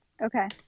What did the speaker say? okay